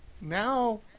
Now